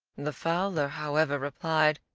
the fowler, however, replied,